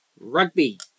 rugby